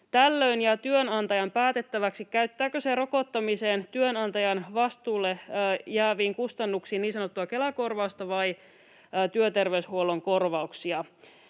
Tällöin jää työnantajan päätettäväksi, käyttääkö se rokottamisesta työnantajan vastuulle jääviin kustannuksiin niin sanottua Kela-korvausta vai työterveyshuollon korvauksia.